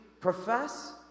profess